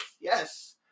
Yes